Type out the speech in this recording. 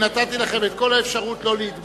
נתתי לכם את כל האפשרות לא להתבלבל.